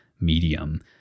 medium